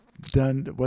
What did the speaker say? done